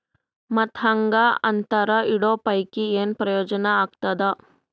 ಮತ್ತ್ ಹಾಂಗಾ ಅಂತರ ಇಡೋ ಪೈಕಿ, ಏನ್ ಪ್ರಯೋಜನ ಆಗ್ತಾದ?